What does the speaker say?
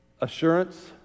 assurance